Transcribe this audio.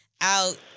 out